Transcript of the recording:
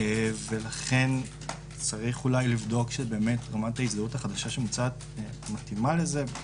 ולכן צריך אולי לבדוק שבאמת רמת ההזדהות החדשה שמוצעת מתאימה לזה.